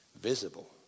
visible